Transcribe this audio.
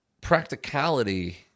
Practicality